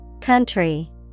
Country